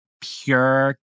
pure